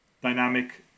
dynamic